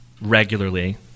regularly